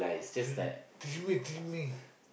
friend teach me teach me